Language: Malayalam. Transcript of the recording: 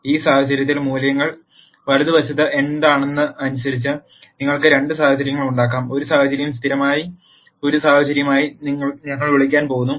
ഈ സാഹചര്യത്തിൽ മൂല്യങ്ങൾ വലതുവശത്ത് എന്താണെന്നത് അനുസരിച്ച് നിങ്ങൾക്ക് രണ്ട് സാഹചര്യങ്ങൾ ഉണ്ടാകാം ഒരു സാഹചര്യം സ്ഥിരമായ ഒരു സാഹചര്യമായി ഞങ്ങൾ വിളിക്കാൻ പോകുന്നു